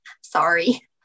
sorry